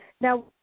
Now